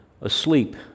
asleep